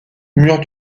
mur